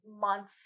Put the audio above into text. month